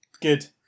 Good